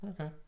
Okay